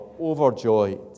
overjoyed